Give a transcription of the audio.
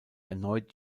erneut